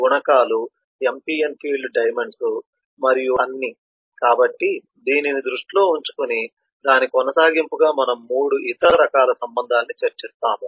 గుణకాలు MPN field diamonds మరియు అన్నీ కాబట్టి దీనిని దృష్టిలో ఉంచుకుని దాని కొనసాగింపుగా మనము 3 ఇతర రకాల సంబంధాలను చర్చిస్తాము